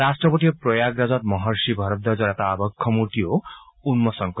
ৰাট্টপতিয়ে প্ৰয়াগৰাজত মহৰ্ষি ভৰদ্বাজৰ এটা আবক্ষয় মূৰ্তিও উন্মোচন কৰিব